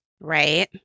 Right